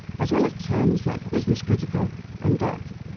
as well as terms like business critical and depth.